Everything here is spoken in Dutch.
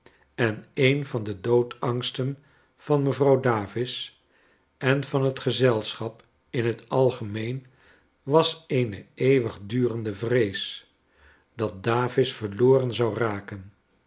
en een van de doodsangsten van mevrouw davis en van het gezelschap in het algemeen was eene eeuwigdurende vrees dat davis verloren zou raken